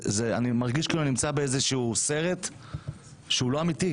אני מרגיש כאילו אני נמצא באיזשהו סרט שהוא לא אמיתי.